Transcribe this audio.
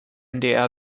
ndr